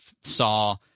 saw